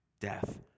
death